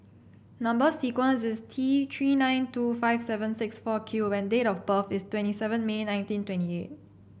number sequence is T Three nine two five seven six four Q and date of birth is twenty seven May nineteen twenty eight